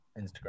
Instagram